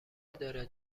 داره